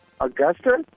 Augusta